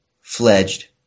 fledged